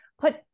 put